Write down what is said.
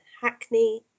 Hackney